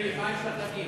מירי, מה יש לך להגיד?